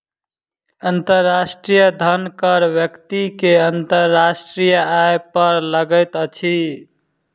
अंतर्राष्ट्रीय धन कर व्यक्ति के अंतर्राष्ट्रीय आय पर लगैत अछि